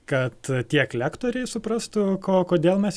kad tiek lektoriai suprastų ko kodėl mes